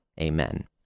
Amen